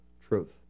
truth